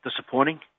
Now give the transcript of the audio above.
disappointing